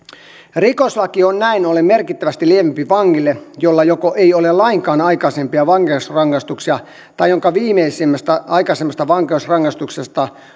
rikoslaki on näin ollen merkittävästi lievempi vangille jolla joko ei ole lainkaan aikaisempia vankeusrangaistuksia tai jonka viimeisimmästä vankeusrangaistuksesta